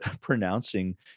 pronouncing